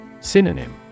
Synonym